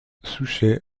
souchet